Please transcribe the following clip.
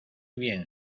bien